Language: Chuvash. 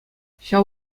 ҫав